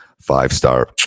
Five-star